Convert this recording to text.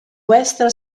western